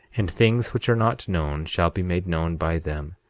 and things which are not known shall be made known by them,